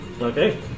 Okay